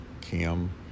Kim